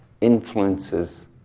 influences